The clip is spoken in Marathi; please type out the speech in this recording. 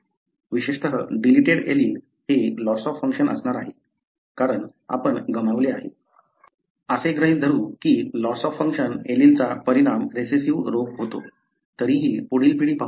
विशेषत डिलिटेड ऍलील हे लॉस ऑफ फंक्शन असणार आहे कारण आपण गमावले आहे असे गृहीत धरून की लॉस ऑफ फंक्शन ऍलीलचा परिणाम रीसेसीव्ह रोग होतो तरीही आपण पुढील पिढी पाहू शकतो